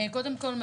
קודם כול,